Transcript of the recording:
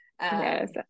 Yes